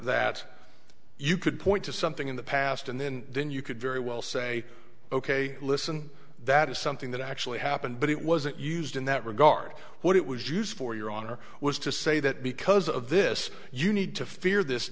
that you could point to something in the past and then then you could very well say ok listen that is something that actually happened but it wasn't used in that regard what it was used for your honor was to say that because of this you need to fear this